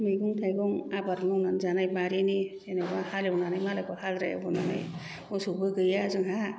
मैगं थाइगं आबाद मावनानै जानाय बारिनि जेनबा हालेवनानै मालायखौ हाग्रा एवहोनानै मोसौबो गैया जोंहा